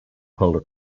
polar